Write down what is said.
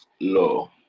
law